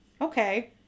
Okay